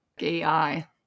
AI